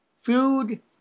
Food